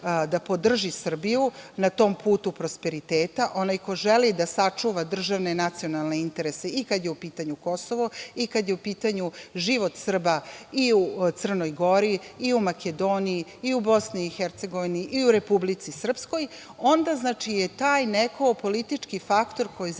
da podrži Srbiju na tom putu prosperiteta, onaj ko želi da sačuva državne i nacionalne interese, i kada je u pitanju Kosovo, i kada je u pitanju život Srba u Crnoj Gori, u Makedoniji, u Bosni i Hercegovini i u Republici Srpskoj, taj neko je politički faktor koji zaista